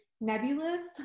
nebulous